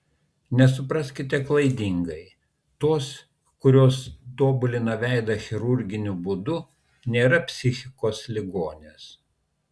nesupraskite klaidingai tos kurios tobulina veidą chirurginiu būdu nėra psichikos ligonės